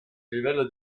livello